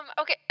Okay